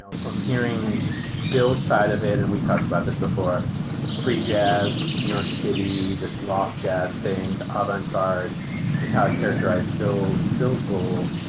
so from hearing bill's side of it, and we talked about this before free jazz, jazz, new york city, this loft jazz thing, avant garde is how i'd characterize bill's bill's role.